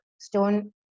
stone